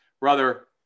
brother